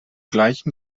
gleichen